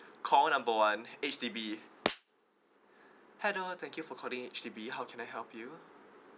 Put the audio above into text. call number one H_D_B hello thank you for calling H_D_B how can I help you